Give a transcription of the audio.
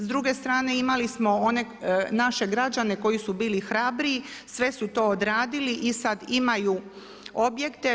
S druge strane, imali smo one naše građane koji su bili hrabriji, sve su to odradili i sad imaju objekte.